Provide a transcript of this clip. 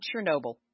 Chernobyl